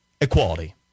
Equality